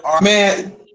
man